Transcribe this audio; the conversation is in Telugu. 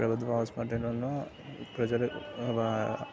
ప్రభుత్వ హాస్పిటల్లో ప్రజలు